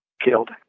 killed